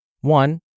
One